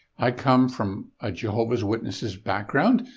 i come from a jehovah's witnesses background,